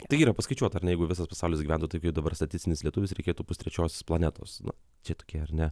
tai yra paskaičiuota ar jeigu visas pasaulis gyventų dabar statistinis lietuvis reikėtų pustrečios planetos čia tokie ar ne